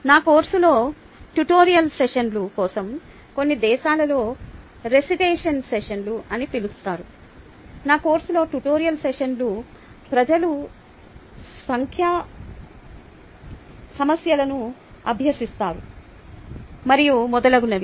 నా కోర్సులో ట్యుటోరియల్ సెషన్ల కోసం కొన్ని దేశాలలో రిసైటేషన్ సెషన్లు అని పిలుస్తారు నా కోర్సులో ట్యుటోరియల్ సెషన్లు ప్రజలు సంఖ్యా సమస్యలను అభ్యసిస్తారు మరియు మొదలగునవి